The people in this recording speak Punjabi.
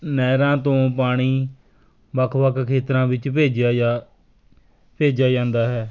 ਨਹਿਰਾਂ ਤੋਂ ਪਾਣੀ ਵੱਖ ਵੱਖ ਖੇਤਰਾਂ ਵਿੱਚ ਭੇਜਿਆ ਜਾ ਭੇਜਿਆ ਜਾਂਦਾ ਹੈ